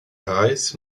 reis